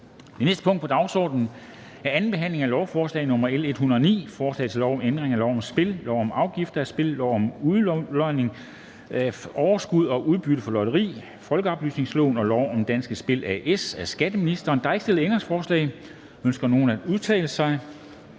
Det næste punkt på dagsordenen er: 8) 2. behandling af lovforslag nr. L 109: Forslag til lov om ændring af lov om spil, lov om afgifter af spil, lov om udlodning af overskud og udbytte fra lotteri, folkeoplysningsloven og lov om Danske Spil A/S. (Sammenlægning af Danske Spil A/S og Det Danske Klasselotteri